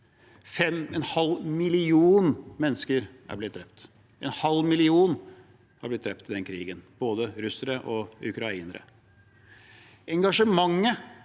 mennesker er blitt drept. En halv million er blitt drept i den krigen, både russere og ukrainere. Engasjementet